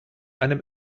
einem